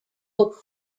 poke